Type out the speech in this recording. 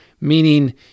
meaning